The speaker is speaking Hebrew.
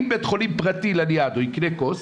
אם בית חולים פרטי לניאדו יקנה כוס,